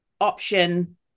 option